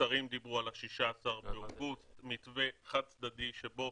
- השרים דיברו על ה-16 באוגוסט מתווה חד-צדדי שבו